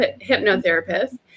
hypnotherapist